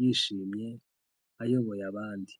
yishimye ayoboye abandi.